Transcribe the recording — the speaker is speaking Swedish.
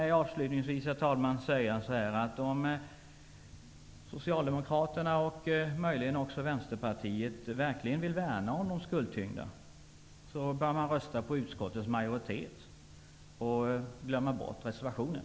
Låt mig avslutningsvis säga att om Socialdemokraterna och möjligen också Vänsterpartiet verkligen vill värna om de skuldtyngda bör man rösta på utskottets hemställan och glömma bort reservationen.